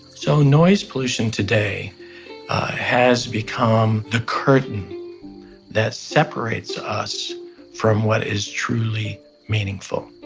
so noise pollution today has become the curtain that separates us from what is truly meaningful.